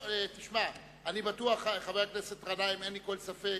אני בטוח, חבר הכנסת גנאים, אין לי כל ספק